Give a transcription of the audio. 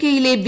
K യിലെ V